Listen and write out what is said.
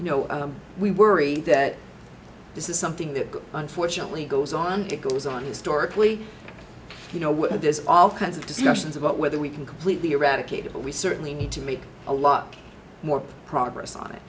you know we worry that this is something that unfortunately goes on to goes on historically you know what there's all kinds of discussions about whether we can completely eradicate it but we certainly need to make a lot more progress on it